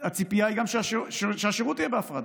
הציפייה היא שגם השירות יהיה בהפרדה.